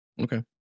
Okay